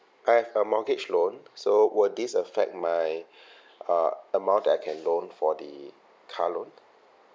I have a mortgage loan so will this affect my uh amount that I can loan for the car loan